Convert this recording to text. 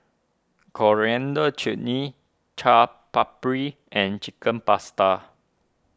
Coriander Chutney Chaat Papri and Chicken Pasta